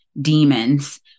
demons